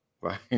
Right